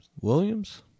Williams